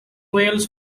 wheels